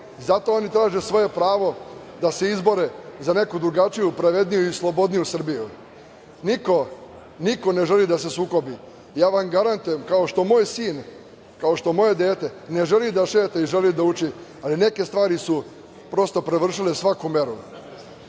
zato oni traže svoje pravo da se izbore za neku drugačiju, pravedniju i slobodniju Srbiju. Niko ne želi da se sukobi, a ja vam garantujem, kao što moj sin, kao što moje dete, ne želi da šeta i želi da uči, ali neke stvari su prosto prevršile svaku meru. Vi